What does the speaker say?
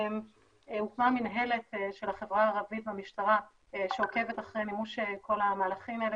הוקמה מִנהלת של החברה הערבית במשטרה שעוקבת אחרי מימוש כל המהלכים האלה